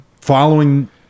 following